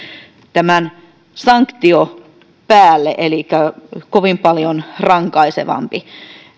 tämän sanktion päälle elikkä tämä on kovin paljon rankaisevampi